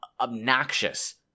obnoxious